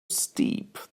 steep